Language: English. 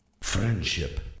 Friendship